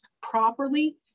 properly